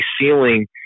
ceiling